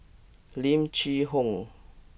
Lim Chee Onn